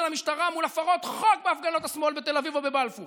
המשטרה מול הפרות חוק בהפגנות השמאל בתל אביב או בבלפור